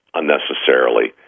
unnecessarily